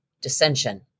dissension